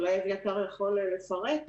אולי אביתר יכול לפרט,